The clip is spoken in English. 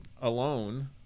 alone